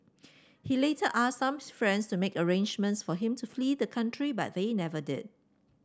he later asked some friends to make arrangements for him to flee the country but they never did